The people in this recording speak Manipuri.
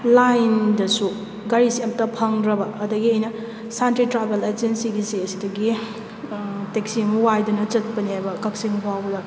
ꯂꯥꯏꯟꯗꯁꯨ ꯒꯥꯔꯤꯁꯦ ꯑꯃꯇ ꯐꯪꯗ꯭ꯔꯕ ꯑꯗꯨꯗꯒꯤ ꯑꯩꯅ ꯁꯥꯟꯇꯤ ꯇ꯭ꯔꯥꯕꯦꯜ ꯑꯦꯖꯦꯟꯁꯤꯒꯤꯁꯦ ꯑꯁꯤꯗꯒꯤ ꯇꯦꯛꯁꯤ ꯑꯃ ꯋꯥꯏꯗꯅ ꯆꯠꯄꯅꯦꯕ ꯀꯛꯆꯤꯡ ꯐꯥꯎꯕꯗ